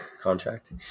contract